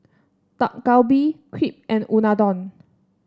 Dak Galbi Crepe and Unadon